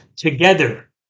Together